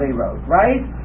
right